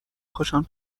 پاشم